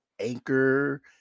Anchor